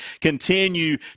continue